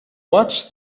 watch